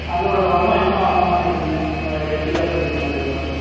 அதோடய வண்ணம் என்ன வண்ணமாக இருக்குதுங்க அந்த எர்டிக்கா சொல்கிறிங்களா அதோடய